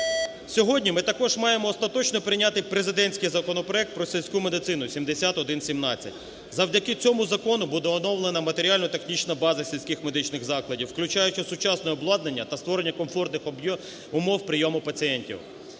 Сьогодні ми також маємо остаточно прийняти президентський законопроект про сільську медицину 7117. Завдяки цьому закону буде оновлена матеріально-технічна база сільських медичних закладів, включаючи сучасне обладнання та створення комфортних умов прийому пацієнтів.